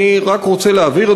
אני רק רוצה להבהיר,